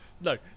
No